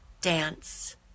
Dance